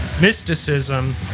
mysticism